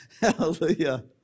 Hallelujah